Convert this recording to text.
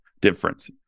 difference